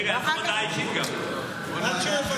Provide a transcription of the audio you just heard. רגע, רגע,